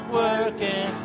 working